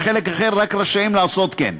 וחלק רק רשאים לעשות כן.